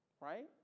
Right